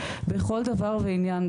בכל דבר ועניין,